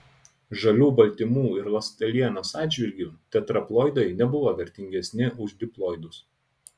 žalių baltymų ir ląstelienos atžvilgiu tetraploidai nebuvo vertingesni už diploidus